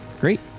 great